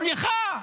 סליחה?